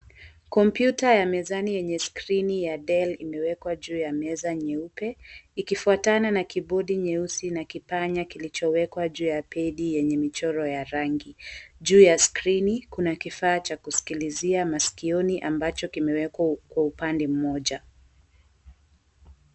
Kompyuta ya mezani yenye screen ya "Dell" imewekwa juu ya meza nyeupe ikifuatana na keyboard nyeusi na kipanya kilichowekwa juu ya pad yenye michoro ya rangi. Juu ya screen kuna kifaa cha kusikilizia masikioni ambacho kimewekwa kwa upande mmoja.